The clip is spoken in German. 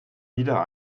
wieder